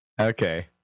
Okay